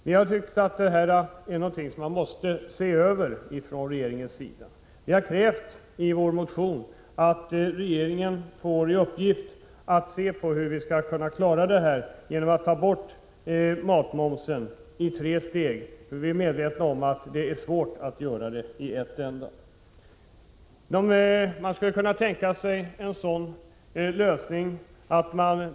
Vi tycker att det här är någonting som man från regeringens sida måste se över, och vi kräver i vår motion att regeringen får i uppdrag att undersöka hur det här skall klaras av. Ett sätt är alltså att ta bort matmomsen i tre steg. Vi är medvetna om att det är svårt att göra det på en gång.